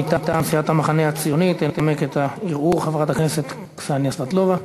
מטעם סיעת המחנה הציוני תנמק את הערעור חברת הכנסת קסניה סבטלובה.